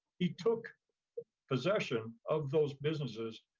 he took possession of those businesses.